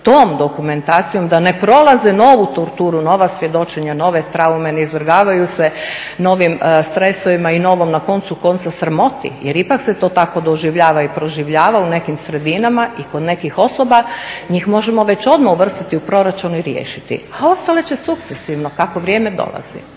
tom dokumentacijom da ne prolaze novu torturu, nova svjedočenja, nove traume, ne izvrgavaju se novim stresovima i novom na koncu konca sramoti jer ipak se to tako doživljava i proživljava u nekim sredinama i kod nekih osoba njih možemo već odmah uvrstiti u proračun i riješiti a ostale će sukcesivno kako vrijeme dolazi.